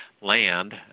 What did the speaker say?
land